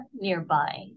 nearby